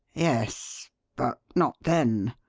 yes but not then.